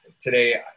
today